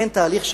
לכן, תהליך שלום,